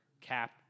Cap